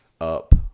up